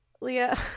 Leah